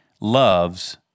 loves